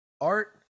art